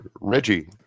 Reggie